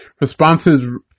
responses